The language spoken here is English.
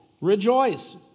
rejoice